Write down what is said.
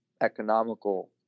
economical